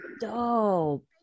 dope